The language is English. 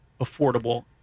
affordable